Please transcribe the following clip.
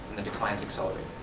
the decline is accelerating.